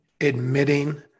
admitting